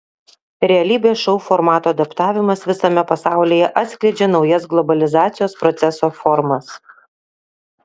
realybės šou formatų adaptavimas visame pasaulyje atskleidžia naujas globalizacijos proceso formas